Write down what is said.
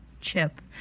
chip